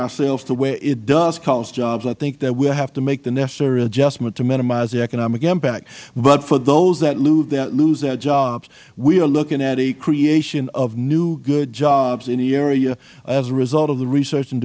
ourselves to where it does cost jobs i think that we will have to make the necessary adjustment to minimize the economic impact but for those that lose their jobs we are looking at a creation of new good jobs in the area as a result of the research and